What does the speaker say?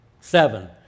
seven